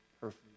perfect